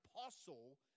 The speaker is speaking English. apostle